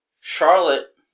Charlotte